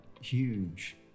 huge